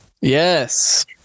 Yes